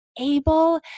able